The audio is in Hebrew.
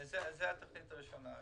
זו התוכנית הראשונה.